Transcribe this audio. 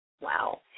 Wow